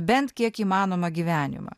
bent kiek įmanomą gyvenimą